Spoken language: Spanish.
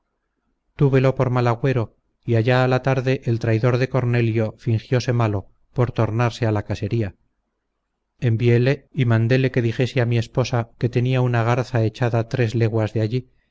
túvelo por mal agüero y allá a la tarde el traidor de cornelio fingiose malo por tornarse a la casería enviele y mandéle que dijese a mi esposa que tenía una garza echada tres leguas de allí